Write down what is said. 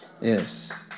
Yes